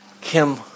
Kim